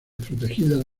protegidas